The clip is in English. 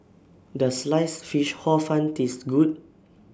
Does Sliced Fish Hor Fun Taste Good